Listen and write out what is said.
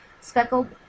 speckled